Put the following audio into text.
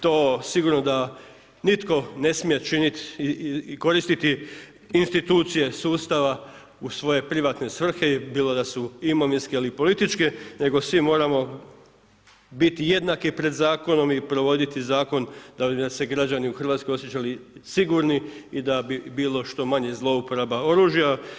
To sigurno da nitko ne smije činiti i koristiti institucije sustava u svoje privatne svrhe bilo da su imovinske ili političke, nego svi moramo biti jednaki pred zakonom i provoditi zakon da bi nam se građani u Hrvatskoj osjećali sigurni i da bi bilo što manje zlouporaba oružja.